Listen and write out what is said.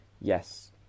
yes